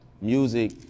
music